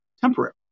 temporary